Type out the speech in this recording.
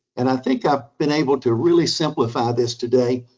and i think i've been able to really simplify this today.